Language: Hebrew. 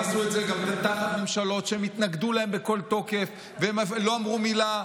הם עשו את זה גם תחת ממשלות שהם התנגדו להן בכל תוקף והם לא אמרו מילה,